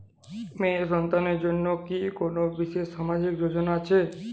মেয়ে সন্তানদের জন্য কি কোন বিশেষ সামাজিক যোজনা আছে?